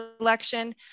election